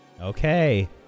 Okay